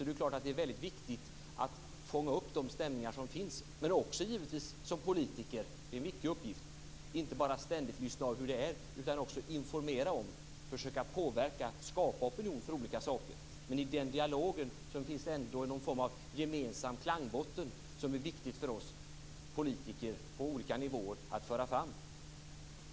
är det klart att det är väldigt viktigt att fånga upp de stämningar som finns. Men som politiker är det givetvis också en viktig uppgift inte bara att ständigt lyssna av hur det är utan också att informera, försöka påverka, skapa opinion för olika saker. I den dialogen finns det ändå någon form av gemensam klangbotten som är viktig för oss politiker på olika nivåer att föra fram.